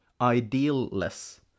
ideal-less